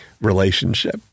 relationship